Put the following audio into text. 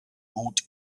gut